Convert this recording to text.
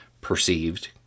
perceived